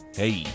hey